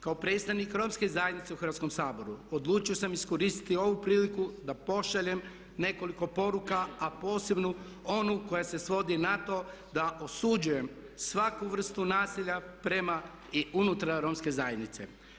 Kao predstavnik Romske zajednice u Hrvatskom saboru, odlučio sam iskoristiti ovu priliku da pošaljem nekoliko poruka a posebno onu koja se svodi na to da osuđujem svaku vrstu nasilja prema i unutar Romske zajednice.